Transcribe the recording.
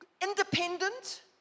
independent